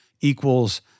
equals